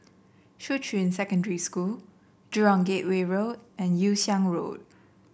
Shuqun Secondary School Jurong Gateway Road and Yew Siang Road